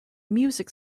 music